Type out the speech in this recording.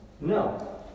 No